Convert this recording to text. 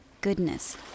goodness